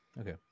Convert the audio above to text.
Okay